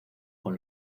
con